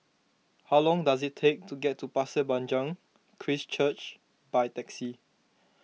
how long does it take to get to Pasir Panjang Christ Church by taxi